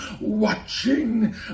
watching